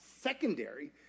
secondary